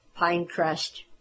Pinecrest